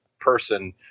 person